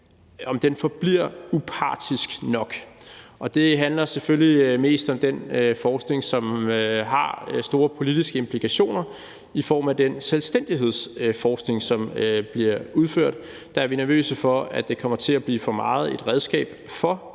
foregår, forbliver upartisk nok, og det handler selvfølgelig mest om den forskning, som har store politiske implikationer i form af den selvstændighedsforskning, som bliver udført, og der er vi nervøse for, at det mere kommer til at blive et redskab for